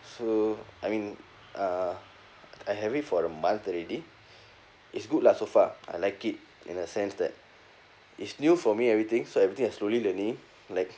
so I mean uh I have it for a month already is good lah so far I like it in a sense that is new for me everything so everything I slowly learning like